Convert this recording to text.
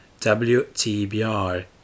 WTBR